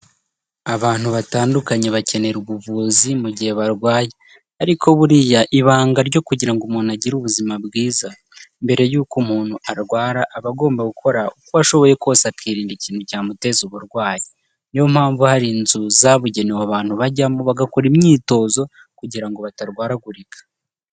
Abantu batandukanye bakenera ubuvuzi mu gihe barwaye. Ariko buriya ibanga ryo kugira ngo umuntu agire ubuzima bwiza, mbere y'uko umuntu arwara aba agomba gukora uko ashoboye kose akirinda ikintu cyamuteza uburwayi. Niyo mpamvu hari inzu zabugenewe abantu bajyamo bagakora imyitozo kugira ngo batarwaragurika.